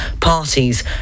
parties